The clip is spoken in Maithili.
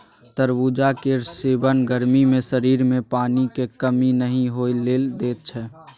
तरबुजा केर सेबन गर्मी मे शरीर मे पानिक कमी नहि होइ लेल दैत छै